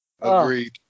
Agreed